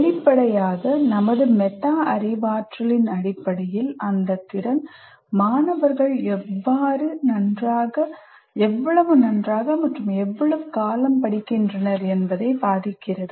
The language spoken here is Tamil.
வெளிப்படையாக நமது மெட்டா அறிவாற்றலின் அடிப்படையில் அந்த திறன் மாணவர்கள் எவ்வளவு நன்றாக மற்றும் எவ்வளவு காலம் படிக்கின்றனர் என்பதைப் பாதிக்கிறது